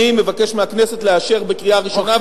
אני מבקש מהכנסת לאשר בקריאה ראשונה,